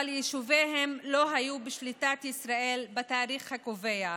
אבל יישוביהם לא היו בשליטת ישראל בתאריך הקובע,